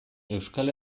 euskal